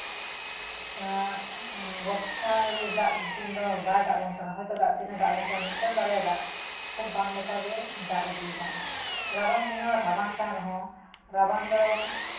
ᱵᱚᱨᱥᱟ ᱫᱟᱜ ᱫᱤᱱ ᱫᱚ ᱵᱟᱭ ᱫᱟᱜ ᱵᱚᱱ ᱠᱟᱱᱟ ᱦᱚᱭᱛᱳ ᱫᱟᱜ ᱫᱤᱱᱮ ᱫᱟᱜ ᱟᱵᱚᱱ ᱠᱟᱱᱟ ᱢᱤᱫᱴᱮᱱ ᱵᱟᱨᱭᱟ ᱫᱟᱜ ᱠᱷᱩᱵᱽ ᱵᱟᱝ ᱞᱮᱠᱟ ᱜᱮ ᱫᱟᱜ ᱤᱫᱤᱭᱮᱫᱟ ᱨᱟᱵᱟᱝ ᱫᱤᱱ ᱦᱚᱸ ᱨᱟᱵᱟᱝ ᱠᱟᱱ ᱨᱮᱦᱚᱸ ᱨᱟᱵᱟᱝ ᱫᱚ